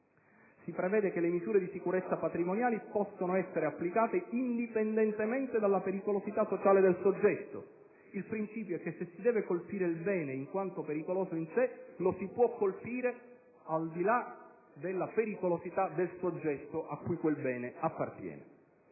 Si prevede che le misure di sicurezza patrimoniali possono essere applicate indipendentemente dalla pericolosità sociale del soggetto: il principio è che, se si deve colpire il bene in quanto pericoloso in sé, lo si può fare al di là della pericolosità del soggetto cui quel bene appartiene.